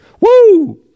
Woo